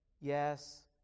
yes